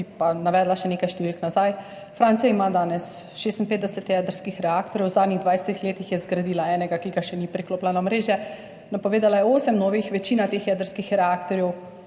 pa navedla še nekaj številk za nazaj. Francija ima danes 56 jedrskih reaktorjev, v zadnjih 20 letih je zgradila enega, ki ga še ni priklopila na omrežje, napovedala je osem novih, večina teh jedrskih reaktorjev